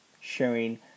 sharing